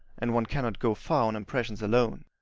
and one cannot go far on impressions alone.